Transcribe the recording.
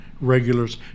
regulars